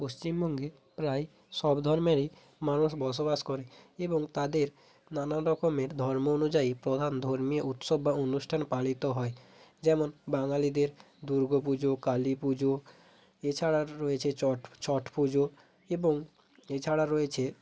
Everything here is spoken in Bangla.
পশ্চিমবঙ্গে প্রায় সব ধর্মেরই মানুষ বসবাস করে এবং তাদের নানা রকমের ধর্ম অনুযায়ী প্রধান ধর্মীয় উৎসব বা অনুষ্ঠান পালিত হয় যেমন বাঙালিদের দুর্গা পুজো কালী পুজো এছাড়া রয়েছে চট ছট পুজো এবং এছাড়া রয়েছে